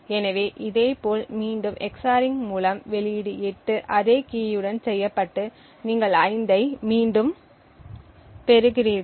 எனவே இதேபோல் மீண்டும் EX ORING மூலம் வெளியீடு 8 அதே கீயுடன் செய்யப்பட்டு நீங்கள் 5 ஐ மீண்டும் பெறுகிறீர்கள்